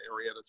area